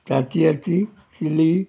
तातियाची chilli